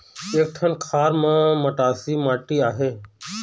एक ठन खार म मटासी माटी आहे?